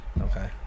Okay